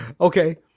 okay